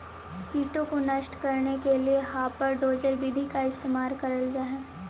कीटों को नष्ट करने के लिए हापर डोजर विधि का इस्तेमाल करल जा हई